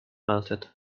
melted